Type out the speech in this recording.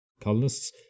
colonists